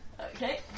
Okay